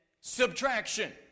subtraction